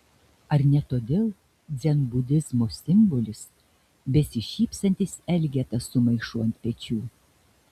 ar ne todėl dzenbudizmo simbolis besišypsantis elgeta su maišu ant pečių